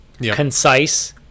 concise